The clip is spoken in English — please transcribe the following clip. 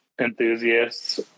enthusiasts